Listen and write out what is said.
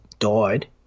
died